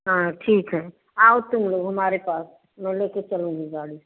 हाँ ठीक है आओ तुम लोग हमारे पास मैं लेके चलूँगी गाड़ी